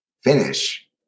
finish